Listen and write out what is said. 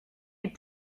est